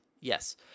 Yes